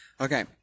Okay